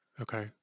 Okay